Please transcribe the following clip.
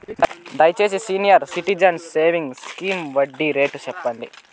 దయచేసి senior citizens savings scheme వడ్డీ rate సెప్పండి